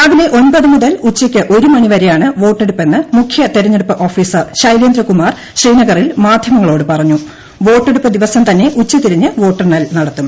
രാവിലെ ഒമ്പത് മുതൽ ഉച്ചയ്ക്ക് ഒരു മണി വരെയാണ് വോട്ടെടുപ്പ് എന്ന് മുഖ്യതെരഞ്ഞെടുപ്പ് ഓഫീസർ ശൈലേന്ദ്രകുമാർ ശ്രീനഗറിൽ മാധ്യമങ്ങളോട് പറഞ്ഞു പ്രൊട്ടെടുപ്പ് ദിവസം തന്നെ ഉച്ചതിരിഞ്ഞ് വോട്ടെണ്ണൽ നടത്തും